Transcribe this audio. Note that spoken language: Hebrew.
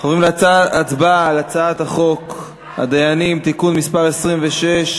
אנחנו עוברים להצבעה על הצעת חוק הדיינים (תיקון מס' 26),